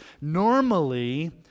normally